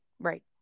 Right